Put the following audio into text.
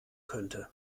könnte